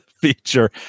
feature